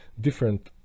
different